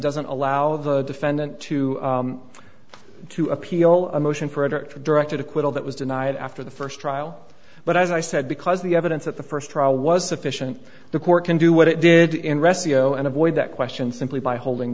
doesn't allow the defendant to to appeal a motion for directed acquittal that was denied after the first trial but as i said because the evidence at the first trial was sufficient the court can do what it did in resi zero and avoid that question simply by holding